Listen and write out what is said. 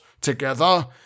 together